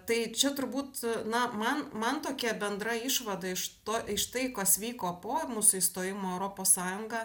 tai čia turbūt na man man tokia bendra išvada iš to iš tai kas vyko po mūsų įstojimo į europos sąjungą